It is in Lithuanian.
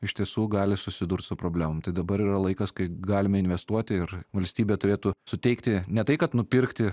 iš tiesų gali susidurt su problemom tai dabar yra laikas kai galime investuoti ir valstybė turėtų suteikti ne tai kad nupirkti